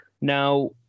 Now